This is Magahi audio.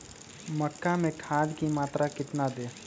मक्का में खाद की मात्रा कितना दे?